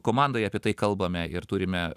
komandoj apie tai kalbame ir turime